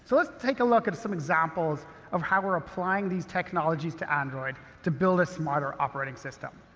so let's take a look at some examples of how we're applying these technologies to android to build a smarter operating system.